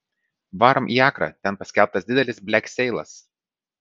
varom į akrą ten paskelbtas didelis blekseilas